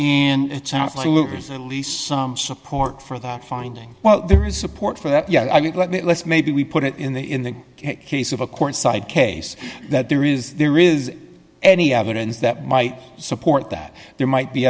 looters at least some support for that finding well there is support for that yeah i mean let's maybe we put it in the in the case of a court side case that there is there is any evidence that might support that there might be